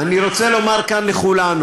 אני רוצה לומר משפט אחד בעניין